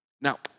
Now